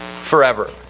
forever